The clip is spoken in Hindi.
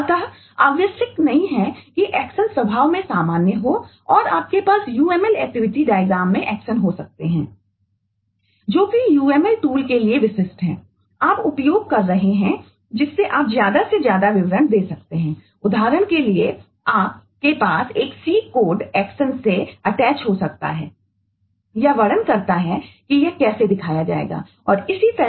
अतः आवश्यक नहीं कि एक्शन से संलग्न हो सकता है यह वर्णन करता है कि यह कैसे दिखाया जाएगा और इसी तरह